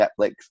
Netflix